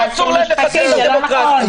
ואסור להם לחסל את הדמוקרטיה.